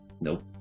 nope